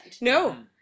no